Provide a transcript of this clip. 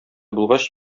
булгач